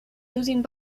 losing